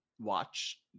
watch